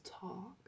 talk